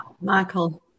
Michael